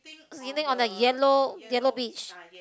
sitting on a yellow yellow beach